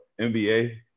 NBA